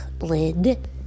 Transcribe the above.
lid